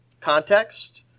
context